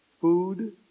food